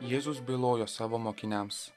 jėzus bylojo savo mokiniams